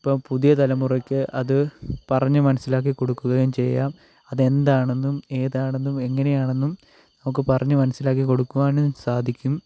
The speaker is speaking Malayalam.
ഇപ്പോൾ പുതിയ തലമുറയ്ക്ക് അത് പറഞ്ഞു മനസിലാക്കി കൊടുക്കുകയും ചെയ്യാം അതെന്താണെന്നും ഏതാണെന്നും എങ്ങനെയാണെന്നും നമുക്ക് പറഞ്ഞു മനസിലാക്കി കൊടുക്കുവാനും സാധിക്കും